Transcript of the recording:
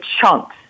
chunks